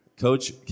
coach